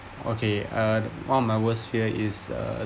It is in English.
okay uh one of my worst fear is uh